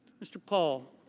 mr. paul,